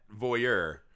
voyeur